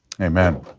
Amen